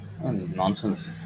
Nonsense